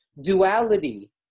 duality